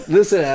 Listen